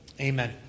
amen